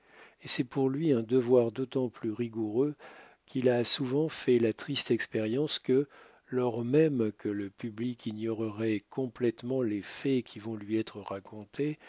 et c'est pour lui un devoir d'autant plus rigoureux qu'il a souvent fait la triste expérience que lors même que le public ignorerait complètement les faits qui vont lui être racontés